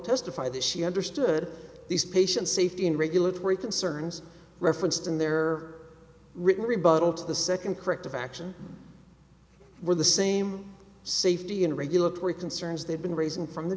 testified that she understood these patient safety and regulatory concerns referenced in their written rebuttal to the second corrective action were the same safety and regulatory concerns they've been raising from the